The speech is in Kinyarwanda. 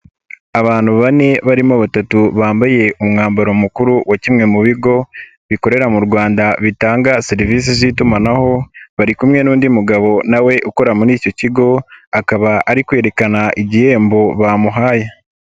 Abantu bane barimo batatu bambaye umwambaro mukuru wa kimwe mu bigo bikorera mu Rwanda bitanga serivisi z'itumanaho bari kumwe n'undi mugabo na we ukora muri icyo kigo, akaba ari kwerekana igihembo bamuhaye.